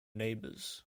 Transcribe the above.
neighbours